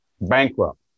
bankrupt